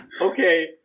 Okay